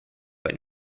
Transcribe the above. but